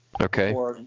Okay